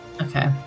okay